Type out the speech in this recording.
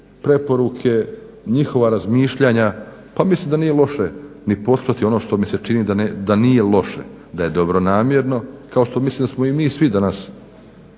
preporuke, njihova razmišljanja pa mislim da nije loše ni poslušati ono što mi se čini da nije loše, da je dobronamjerno kao što mislim da smo i mi svi danas